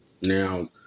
Now